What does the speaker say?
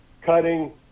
cutting